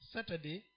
Saturday